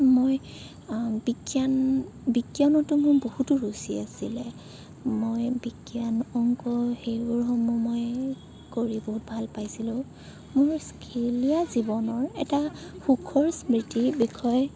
মই বিজ্ঞান বিজ্ঞানতো মোৰ বহুতো ৰুচি আছিলে মই বিজ্ঞান অংক সেইবোৰসমূহ মই কৰি বহুত ভাল পাইছিলোঁ মোৰ স্কুলীয়া জীৱনৰ এটা সুখৰ স্মৃতিৰ বিষয়ে